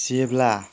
जेब्ला